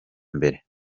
mbere